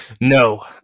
No